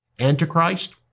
Antichrist